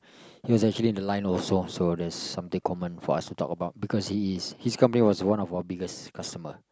he was actually in the line also so there's something common for us to talk about because he is his company was one of our biggest customer